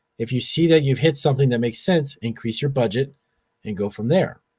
if you see that you've hit something that makes sense increase your budget and go from there.